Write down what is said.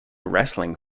wrestling